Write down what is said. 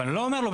אני לא אומר לו,